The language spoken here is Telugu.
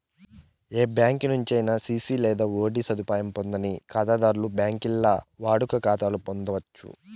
ఏ బ్యాంకి నుంచైనా సిసి లేదా ఓడీ సదుపాయం పొందని కాతాధర్లు బాంకీల్ల వాడుక కాతాలు పొందచ్చు